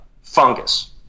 fungus